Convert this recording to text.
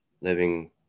living